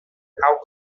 how